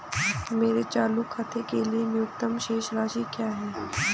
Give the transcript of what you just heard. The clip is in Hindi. मेरे चालू खाते के लिए न्यूनतम शेष राशि क्या है?